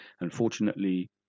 unfortunately